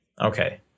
Okay